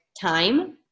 time